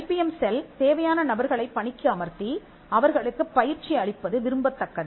IBM cell தேவையான நபர்களைப் பணிக்கு அமர்த்தி அவர்களுக்குப் பயிற்சி அளிப்பது விரும்பத்தக்கது